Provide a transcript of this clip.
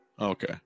okay